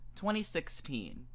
2016